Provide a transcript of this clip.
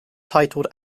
titled